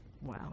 Wow